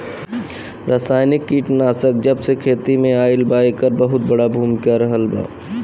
रासायनिक कीटनाशक जबसे खेती में आईल बा येकर बहुत बड़ा भूमिका रहलबा